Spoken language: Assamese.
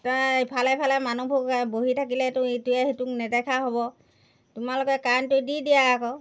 কি কয় ইফালে সিফালে মানুহবোৰ বহি থাকিলেতো ইটোৱে সিটোক নেদেখা হ'ব তোমালোকে কাৰেণ্টটো দি দিয়া আকৌ